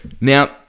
Now